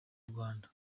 rwanda